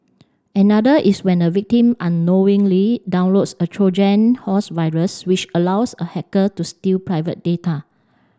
another is when a victim unknowingly downloads a Trojan horse virus which allows a hacker to steal private data